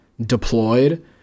deployed